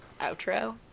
outro